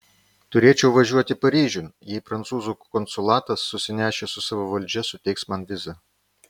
turėčiau važiuoti paryžiun jei prancūzų konsulatas susinešęs su savo valdžia suteiks man vizą